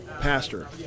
pastor